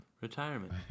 retirement